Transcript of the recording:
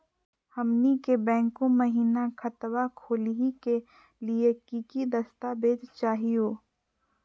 हमनी के बैंको महिना खतवा खोलही के लिए कि कि दस्तावेज चाहीयो?